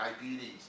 diabetes